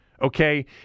okay